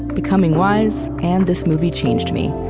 becoming wise, and this movie changed me.